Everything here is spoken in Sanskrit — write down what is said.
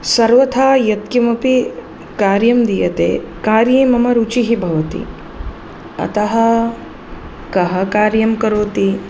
सर्वथा यत्किमपि कार्यं दीयते कार्ये मम रुचिः भवति अतः कः कार्यं करोति